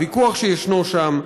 הוויכוח שישנו שם.